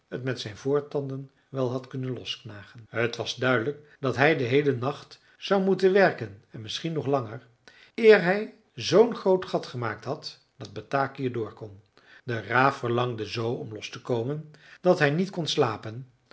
met zijn voortanden wel had kunnen losknagen t was duidelijk dat hij den heelen nacht zou moeten werken en misschien nog langer eer hij zoo'n groot gat gemaakt had dat bataki er door kon de raaf verlangde z om los te komen dat hij niet kon slapen